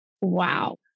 wow